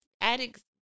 Addicts